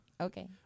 Okay